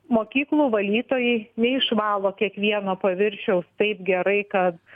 mokyklų valytojai neišvalo kiekvieno paviršiaus taip gerai kad